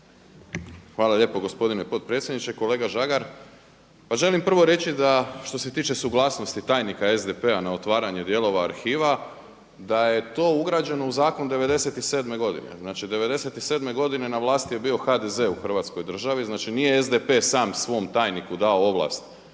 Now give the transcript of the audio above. Hvala lijepo gospodine potpredsjedniče. Kolega Žagar, pa želim prvo reći da što se tiče suglasnosti tajnika SDP-a na otvaranje dijelova arhiva, da je to ugrađeno u zakon '97. godine. Znači '97. godine na vlasti je bio HDZ u Hrvatskoj državi, znači nije SDP sam svom tajniku dao ovlast